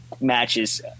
matches